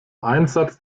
einsatz